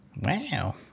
Wow